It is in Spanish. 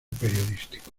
periodístico